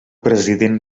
president